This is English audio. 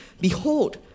Behold